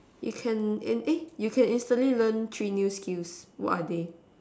you can and eh you can instantly learn three new skills what are they